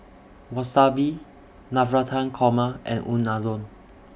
Wasabi Navratan Korma and Unadon